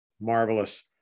marvelous